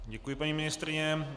Děkuji, paní ministryně.